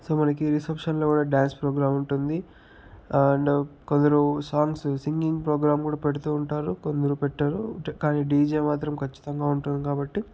so మనకి రిసెప్షన్లో కూడా డ్యాన్స్ ప్రోగ్రాం ఉంటుంది అండ్ కొందరు సాంగ్స్ సింగింగ్ ప్రోగ్రాం కూడా పెడుతూ ఉంటారు కొందరు పెట్టరు కానీ డీజే మాత్రం ఖచ్చితంగా ఉంటుంది కాబట్టి